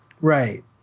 right